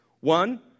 One